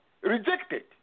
rejected